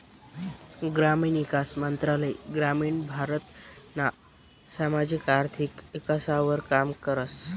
ग्रामीण ईकास मंत्रालय ग्रामीण भारतना सामाजिक आर्थिक ईकासवर काम करस